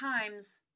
times